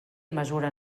mesura